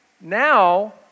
now